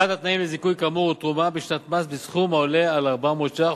אחד התנאים לזיכוי כאמור הוא תרומה בשנת מס בסכום העולה על 400 ש"ח,